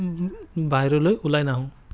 বাহিৰলৈ ওলাই নাহোঁ